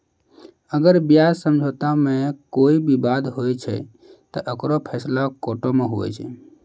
अगर ब्याज समझौता मे कोई बिबाद होय छै ते ओकरो फैसला कोटो मे हुवै छै